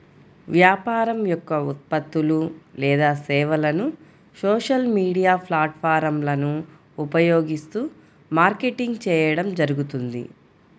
వ్యాపారం యొక్క ఉత్పత్తులు లేదా సేవలను సోషల్ మీడియా ప్లాట్ఫారమ్లను ఉపయోగిస్తూ మార్కెటింగ్ చేయడం జరుగుతుంది